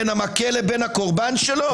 בין המכה לבין הקורבן שלו?